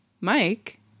mike